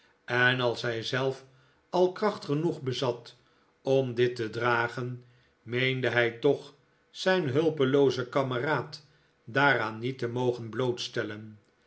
en als hij zelf al kracht genoeg bezat om dit te nikolaas nickleby dragen meende hij toch zijn hulpeloozen kameraad daaraan niet te mogen